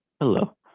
Hello